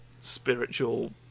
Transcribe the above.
spiritual